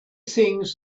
things